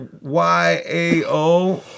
Y-A-O